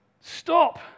stop